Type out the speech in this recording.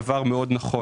דבר נכון מאוד.